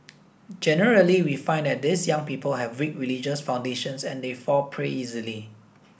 generally we find that these young people have weak religious foundations and they fall prey easily